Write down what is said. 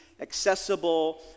accessible